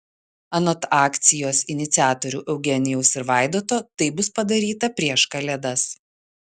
anot akcijos iniciatorių eugenijaus ir vaidoto tai bus padaryta prieš kalėdas